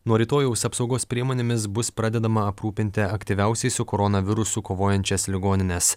nuo rytojaus apsaugos priemonėmis bus pradedama aprūpinti aktyviausiai su koronavirusu kovojančias ligonines